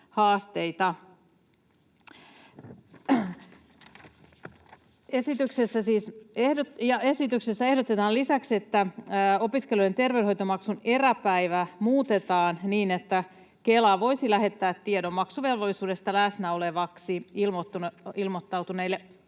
Esityksessä ehdotetaan lisäksi, että opiskelijoiden terveydenhoitomaksun eräpäivää muutetaan niin, että Kela voisi lähettää tiedon maksuvelvollisuudesta läsnä olevaksi ilmoittautuneille opiskelijoille